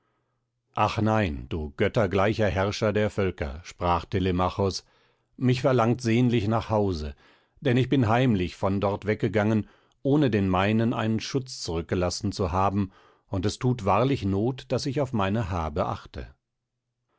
ach nein du göttergleicher herrscher der völker sprach telemachos mich verlangt sehnlich nach hause denn ich bin heimlich von dort weggegangen ohne den meinen einen schutz zurückgelassen zu haben und es thut wahrlich not daß ich auf meine habe achte